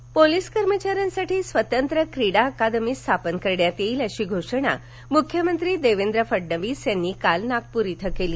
अकादमी police कर्मचाऱ्यांसाठी स्वतंत्र क्रीडा अकादमी स्थापन करण्यात येईल अशी घोषणा मुख्यमंत्री देवेंद्र फडणवीस यांनी काल नागपूर इथं केली